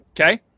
Okay